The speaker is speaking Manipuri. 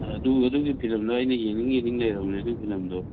ꯑꯗꯨꯒꯤ ꯐꯤꯂꯝꯗꯣ ꯑꯩꯅ ꯌꯦꯡꯅꯤꯡ ꯌꯦꯡꯅꯤꯡ ꯂꯩꯔꯕꯅꯤ ꯑꯗꯨꯏ ꯐꯤꯂꯝꯗꯣ